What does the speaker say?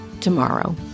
tomorrow